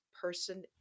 person